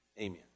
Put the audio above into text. Amen